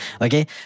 Okay